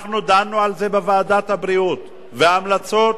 אנחנו דנו על זה בוועדת הבריאות וההמלצות